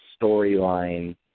storyline